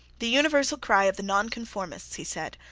the universal cry of the nonconformists, he said,